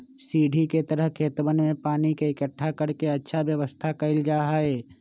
सीढ़ी के तरह खेतवन में पानी के इकट्ठा कर के अच्छा व्यवस्था कइल जाहई